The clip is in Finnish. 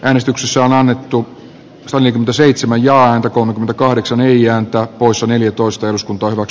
äänestyksessä on annettu kolmekymmentäseitsemän ja antakoon kahdeksan ei ääntä usa neljätoista jos kuntoillut